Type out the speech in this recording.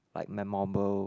like memorable